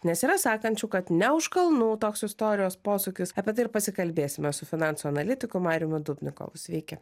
nes yra sakančių kad ne už kalnų toks istorijos posūkis apie tai ir pasikalbėsime su finansų analitiku mariumi dubnikovu sveiki